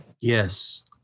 yes